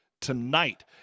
tonight